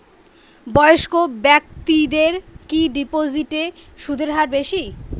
বয়স্ক ব্যেক্তিদের কি ডিপোজিটে সুদের হার বেশি?